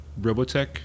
Robotech